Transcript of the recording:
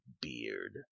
beard